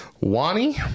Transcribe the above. Wani